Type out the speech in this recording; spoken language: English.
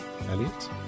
Elliot